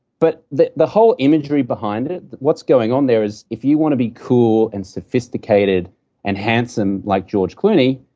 but the the whole imagery behind it, what's going on there is if you want to be cool and sophisticated and handsome like george clooney,